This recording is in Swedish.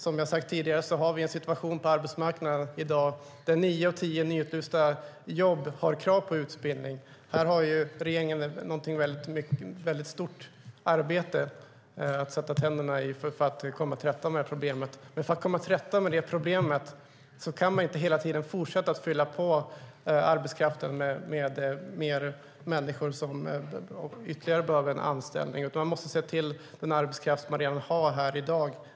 Som jag har sagt tidigare har vi en situation på arbetsmarknaden i dag där nio av tio nyutlysta jobb har krav på utbildning. Här har regeringen ett stort arbete att ta itu med för att komma till rätta med problemet, men för att kunna göra det kan man inte hela tiden fortsätta att fylla på arbetskraften med fler människor som behöver en anställning. Man måste se till den arbetskraft som man har här i dag.